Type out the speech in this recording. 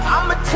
I'ma